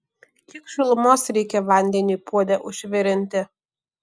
kiek šilumos reikia vandeniui puode užvirinti